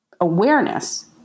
awareness